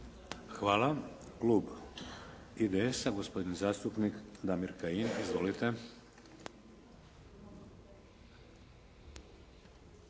Hvala. Klub IDS-a gospodin zastupnik Damir Kajin. Izvolite.